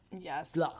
yes